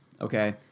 Okay